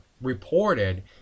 reported